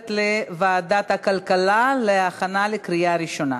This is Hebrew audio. לוועדת הכלכלה להכנה לקריאה ראשונה.